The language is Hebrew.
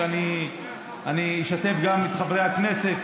ואני אשתף גם את חברי הכנסת